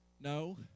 No